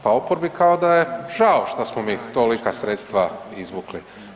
Pa oporbi kao da je žao što smo mi tolika sredstva izvukli.